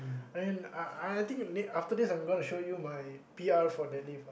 I mean I I think after this I'm gonna show you my P_R for the lift ah